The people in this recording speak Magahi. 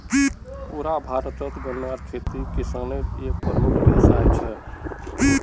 पुरा भारतत गन्नार खेती किसानेर एक प्रमुख व्यवसाय छे